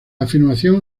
afirmación